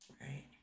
Right